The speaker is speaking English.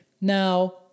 Now